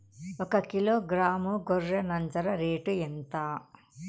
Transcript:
ఒకకిలో గ్రాము గొర్రె నంజర రేటు ఎంత?